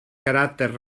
caràcter